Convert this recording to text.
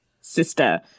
Sister